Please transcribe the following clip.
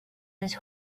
his